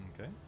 Okay